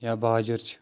یا باجر چھِ